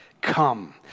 come